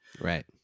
Right